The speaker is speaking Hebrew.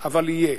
אבל יהיה.